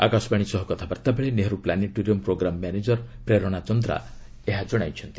ଆକାଶବାଣୀ ସହ କଥାବାର୍ତ୍ତା ବେଳେ Nehru planetarium programme manager Prerana Chandra ଏହା ଜଣାଇଛନ୍ତି